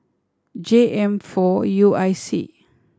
J M four U I C